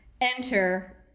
enter